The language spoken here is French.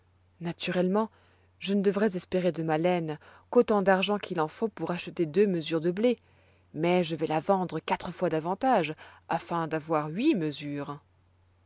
naturellement je ne devrois espérer de ma laine qu'autant d'argent qu'il en faut pour acheter deux mesures de blé mais je la vais vendre quatre fois davantage afin d'avoir huit mesures